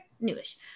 newish